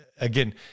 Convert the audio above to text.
again